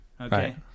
okay